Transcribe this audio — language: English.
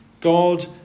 God